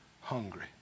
hungry